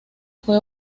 fue